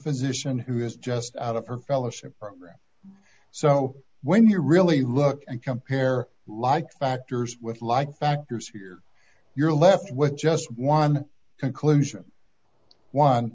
physician who is just out of her fellowship program so when you really look and compare like factors with like factors here you're left with just one conclusion one